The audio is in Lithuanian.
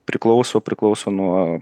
priklauso priklauso nuo